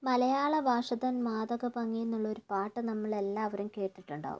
മലയാള ഭാഷ തൻ മാദക ഭംഗി എന്നുള്ളൊരു പാട്ട് നമ്മളെല്ലാവരും കേട്ടിട്ടുണ്ടാകും